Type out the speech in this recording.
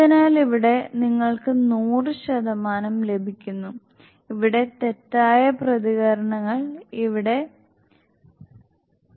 അതിനാൽ ഇവിടെ നിങ്ങൾക്ക് 100 ശതമാനം ലഭിക്കുന്നു ഇവിടെ തെറ്റായ പ്രതികരണങ്ങൾ ഇവിടെ 0